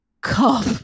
cup